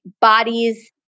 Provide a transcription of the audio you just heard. bodies